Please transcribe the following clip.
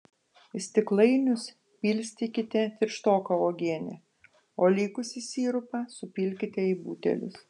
į stiklainius pilstykite tirštoką uogienę o likusį sirupą supilkite į butelius